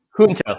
Junto